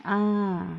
ah